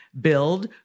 Build